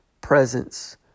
presence